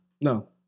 no